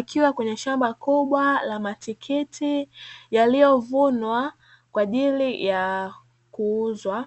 akiwa kwenye shamba kubwa la matikiti yaliyovunwa kwa ajili ya kuuzwa.